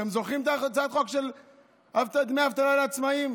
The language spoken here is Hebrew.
אתם זוכרים את הצעת החוק לתת דמי אבטלה לעצמאים?